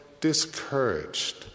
discouraged